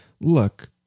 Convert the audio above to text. look